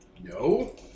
No